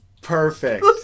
perfect